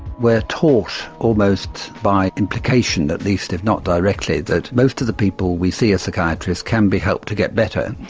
we're taught almost by implication at least if not directly that most of the people we see as psychiatrists can be helped to get better.